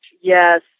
yes